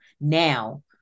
Now